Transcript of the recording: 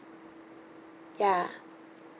ya